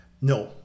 no